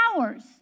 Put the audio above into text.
hours